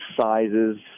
sizes